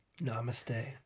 Namaste